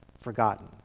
forgotten